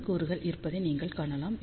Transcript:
N கூறுகள் இருப்பதை நீங்கள் காணலாம்